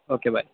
okay bye